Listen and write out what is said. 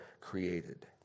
created